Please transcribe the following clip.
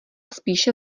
spíše